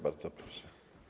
Bardzo proszę.